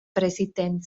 präsident